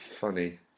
Funny